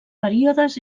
períodes